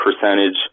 percentage